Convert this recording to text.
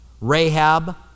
Rahab